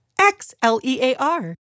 X-L-E-A-R